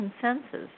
consensus